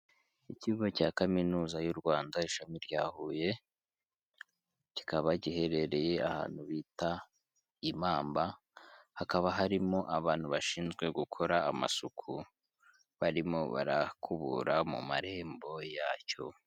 Ikigo cya Kaminuza y'u Rwanda ishami rya Huye, kikaba giherereye ahantu bita i Mamba, hakaba harimo abantu bashinzwe gukora amasuku barimo barakubura mu marembo yacyo.